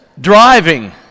Driving